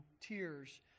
tears